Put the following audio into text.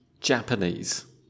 Japanese